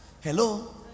Hello